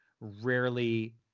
rarely